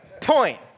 point